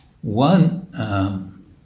One